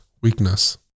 weakness